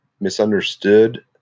misunderstood